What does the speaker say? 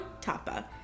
Tapa